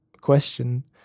question